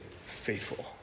faithful